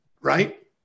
right